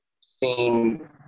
seen